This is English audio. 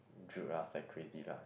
drilled us like crazy lah